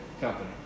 company